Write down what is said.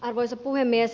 arvoisa puhemies